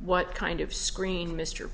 what kind of screen mr